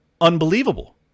unbelievable